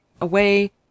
away